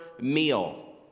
meal